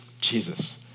Jesus